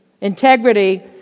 Integrity